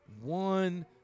one